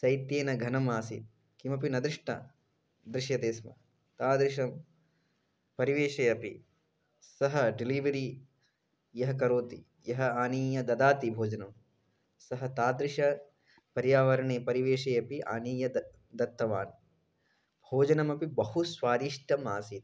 शैत्येन घनम् आसीत् किमपि न दृष्टं दृश्यते स्म तादृशपरिवेषे अपि सः डिलिवरि यः करोति यः आनीय ददाति भोजनं सः तादृशपर्यावरणे परिवेषे अपि आनीय द दत्तवान् भोजनमपि बहु स्वादिष्टम् आसित्